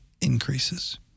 increases